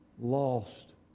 lost